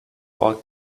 bought